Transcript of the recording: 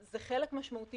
זה חלק משמעותי.